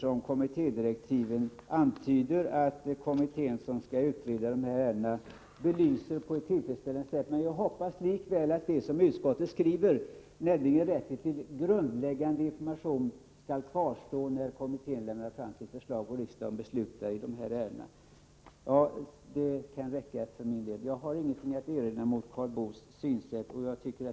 I kommittédirektiven anges att utredningskommittén på ett tillfredsställande sätt skall belysa en rad sådana frågor. Jag hoppas ändå att rätten till grundläggande information, som framhålls av utskottsmajoriteten, skall kvarstå efter det att kommittén har lämnat fram sitt förslag och riksdagen beslutat i ärendet. Jag har inget att erinra mot Karl Boos synsätt.